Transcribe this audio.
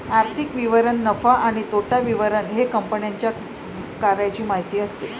आर्थिक विवरण नफा आणि तोटा विवरण हे कंपन्यांच्या कार्याची माहिती असते